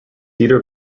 cedar